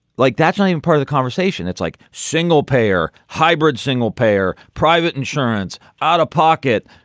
like nationally and part of the conversation, it's like single payer, hybrid, single payer, private insurance out of pocket.